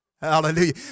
Hallelujah